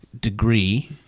degree